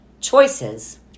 choices